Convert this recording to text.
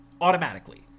Automatically